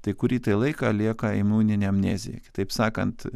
tai kurį tai laiką lieka imuninė amnezija kitaip sakant